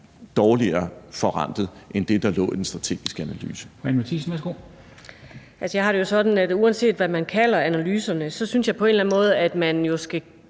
dårligere forrentet end det, der lå i den strategiske analyse.